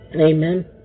amen